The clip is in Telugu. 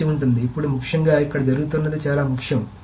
కాబట్టి ఇప్పుడు ముఖ్యంగా ఇక్కడ జరుగుతున్నది చాలా ముఖ్యం